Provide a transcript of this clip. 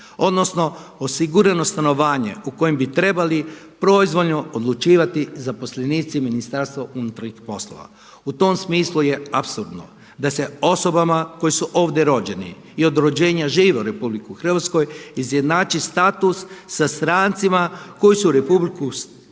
odnosno osigurano stanovanje u kojem bi trebali proizvoljno odlučivati zaposlenici Ministarstva unutarnjih poslova. U tom smislu je apsurdno da se osobama koje su ovdje rođeni i od rođenja žive u RH izjednači status sa strancima koji su u RH stigli